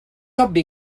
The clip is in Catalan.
obvi